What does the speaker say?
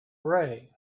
ray